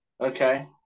Okay